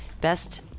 Best